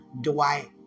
Dwight